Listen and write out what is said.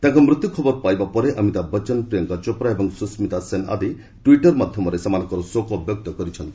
ତାଙ୍କ ମୃତ୍ୟୁ ଖବର ପାଇବା ପରେ ଅମିତାଭ ଭଚନ ପ୍ରିୟଙ୍କା ଚୋପ୍ରା ଏବଂ ସୁସ୍କିତା ସେନ ଆଦି ଟ୍ୱିଟ୍ର ଜରିଆରେ ସେମାନଙ୍କ ଶୋକ ବ୍ୟକ୍ତ କରିଛନ୍ତି